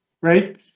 right